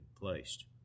placed